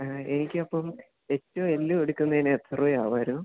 ആ എനിക്ക് അപ്പം എച്ചും എല്ലും എടുക്കുന്നതിന് എത്ര രൂപയാകുമായിരുന്നു